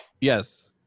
Yes